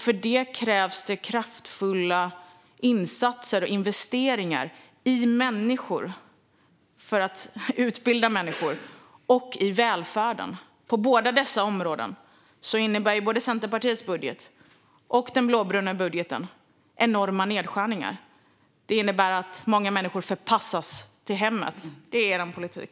För detta krävs det kraftfulla insatser och investeringar i att utbilda människor och i välfärden. På båda dessa områden innebär både Centerpartiets budget och den blåbruna budgeten enorma nedskärningar. Det innebär att många människor förpassas till hemmet. Det är er politik.